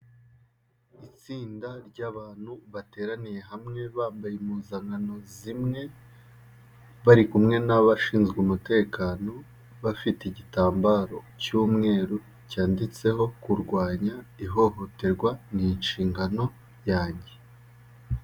Itsinda ry'abantu bateraniye hamwe bambaye impuzankano zimwe, bari kumwe n'abashinzwe umutekano, bafite igitambaro cy'umweru cyanditseho: "kurwanya ihohoterwa ni inshingano yanjye".